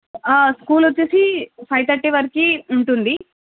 school వచ్చేసి five thirty వరకు ఉంటుంది